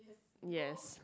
yes